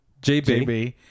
JB